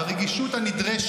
אל תדאגי, אני אענה לו.